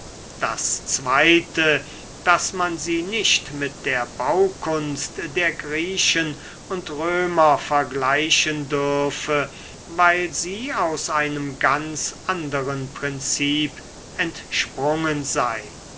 das zweite daß man sie nicht mit der baukunst der griechen und römer vergleichen dürfe weil sie aus einem ganz anderen prinzip entsprungen sei